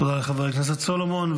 תודה לחבר הכנסת סולומון.